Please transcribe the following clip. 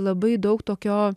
labai daug tokio